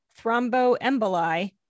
thromboemboli